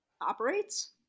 operates